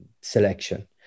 selection